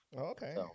Okay